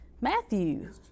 Matthew